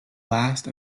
last